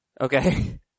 Okay